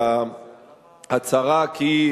וההצהרה כי,